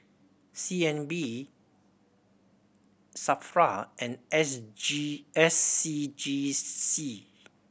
C N B SAFRA and S G S C G C